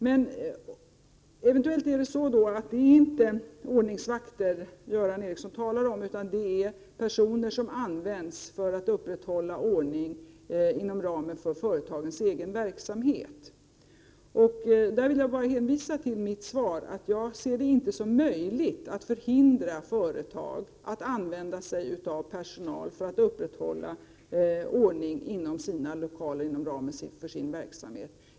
Det kan eventuellt förhålla sig så att det inte är ordningsvakter Göran Ericsson avser utan personer som används för att upprätthålla ordning inom ramen för företagens egen verksamhet. Jag hänvisar bara till mitt svar, att jag inte ser det som möjligt att förhindra företag att använda sig av personal för att upprätthålla ordning inom de egna lokalerna och inom ramen för den egna verksamheten.